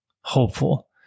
hopeful